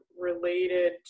related